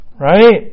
Right